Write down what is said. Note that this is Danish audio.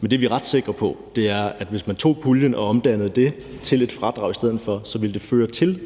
Men det, vi er ret sikre på, er, at hvis man tog puljen og omdannede den til et fradrag i stedet for, så ville det føre til,